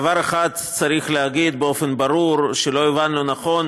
דבר אחד צריך להגיד באופן ברור שלא הבנו נכון: